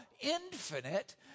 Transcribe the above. infinite